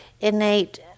innate